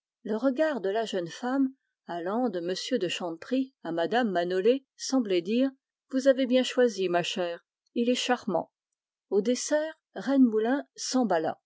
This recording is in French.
le regard de la jeune femme allant de m de chanteprie à mme manolé semblait dire vous avez bon goût ma chère il est charmant au dessert rennemoulin